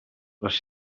les